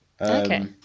Okay